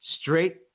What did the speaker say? straight